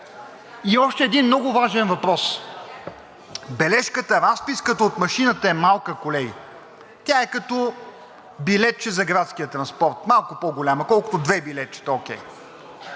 И още един много важен въпрос. Бележката, разписката от машината е малка, колеги, тя е като билетче за градския транспорт, малко по-голямо, колкото две билетчета, окей.